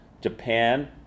Japan